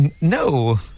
no